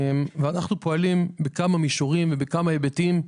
אנחנו פועלים במשרד בכמה מישורים והיבטים,